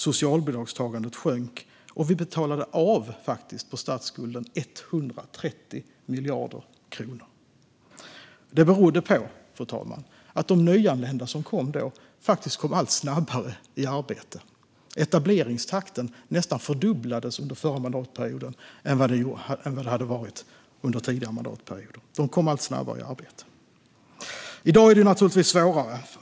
Socialbidragstagandet sjönk, och vi betalade av 130 miljarder kronor på statsskulden. Det berodde på, fru talman, att de nyanlända som kom då faktiskt kom allt snabbare i arbete. Etableringstakten nästan fördubblades under förra mandatperioden jämfört med tidigare mandatperioder. De kom allt snabbare i arbete. I dag är det naturligtvis svårare.